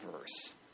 verse